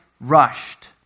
rushed